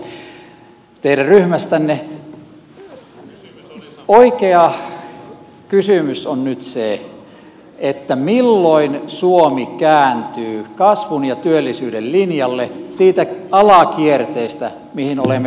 oikea kysymys on nyt se milloin suomi kääntyy kasvun ja työllisyyden linjalle siitä alakierteestä mihin olemme politiikkanne seurauksena joutuneet